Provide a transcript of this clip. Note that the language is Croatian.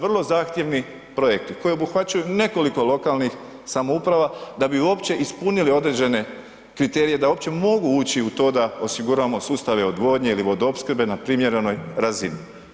Vrlo zahtjevni projekti koji obuhvaćaju nekoliko lokalnih samouprava da bi uopće ispunili određene kriterije da uopće mogu ući u to da osiguramo sustava odvodnje ili vodoopskrbe na primjerenoj razini.